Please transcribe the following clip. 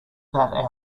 that